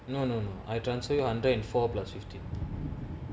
no no I transfer your hundred and four plus fifteen